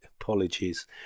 apologies